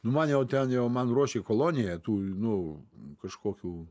nu man jau ten jau man ruošė koloniją tų nu kažkokių